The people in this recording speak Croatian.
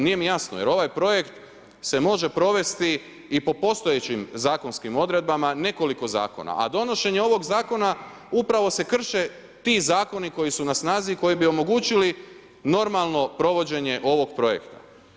Nije mi jasno jer ovaj projekt se može provesti i po postojećim zakonskim odredbama nekoliko zakona a donošenje ovog zakon upravo se krše ti zakoni koji su na snazi koji bi omogućili normalno provođenje ovog projekta.